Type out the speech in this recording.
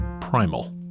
primal